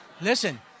listen